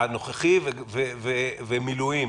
הנוכחי ומילואים,